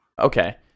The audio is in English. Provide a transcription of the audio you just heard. Okay